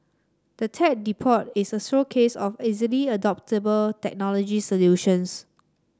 the Tech Depot is a showcase of easily adoptable technology solutions